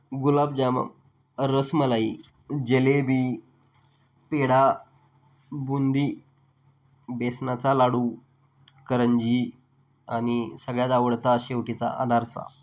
गुलाबजाम रसमलाई जलेबी पेढा बुंदी बेसनाचा लाडू करंजी आणि सगळ्यात आवडता शेवटीचा अनारसा